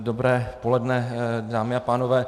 Dobré poledne, dámy a pánové.